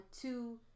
two